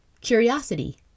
curiosity